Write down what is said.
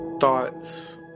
thoughts